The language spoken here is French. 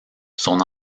son